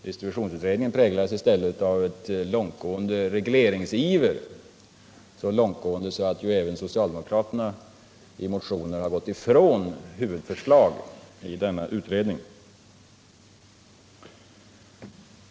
Distributionsutredningen präglas i stället av en så långt gående regleringsiver att även socialdemokraterna föranletts att i motioner frångå huvudförslag i dess betänkande.